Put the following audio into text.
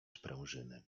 sprężyny